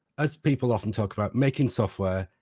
as people often talk about, making software,